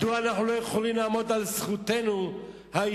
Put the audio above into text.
מדוע אנחנו לא יכולים לעמוד על זכותנו ההיסטורית?